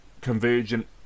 convergent